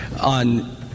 on